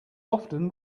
often